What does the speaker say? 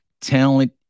talent